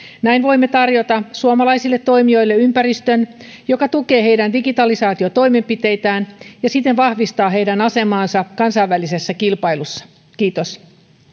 näin voimme tarjota suomalaisille toimijoille ympäristön joka tukee heidän digitalisaatiotoimenpiteitään ja siten vahvistaa heidän asemaansa kansainvälisessä kilpailussa kiitos